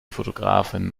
fotografin